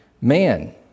man